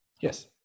Yes